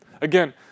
Again